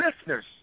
listeners